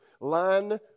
line